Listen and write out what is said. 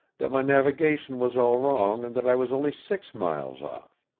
that my navigation was all wrong and that i was only six miles off?